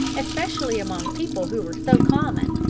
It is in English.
especially among people who were so common,